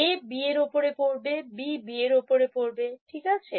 A B এর ওপর পড়বে BB এর উপর পড়বে ঠিক আছে